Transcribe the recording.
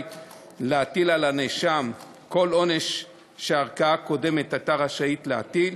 להטיל על הנאשם כל עונש שהערכאה הקודמת הייתה רשאית להטיל,